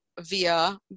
via